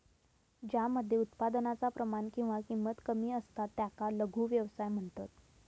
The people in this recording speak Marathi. ज्या मध्ये उत्पादनाचा प्रमाण किंवा किंमत कमी असता त्याका लघु व्यवसाय म्हणतत